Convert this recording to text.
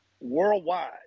worldwide